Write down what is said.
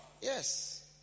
Yes